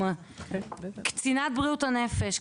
קצינת בריאות הנפש,